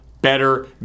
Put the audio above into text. better